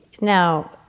Now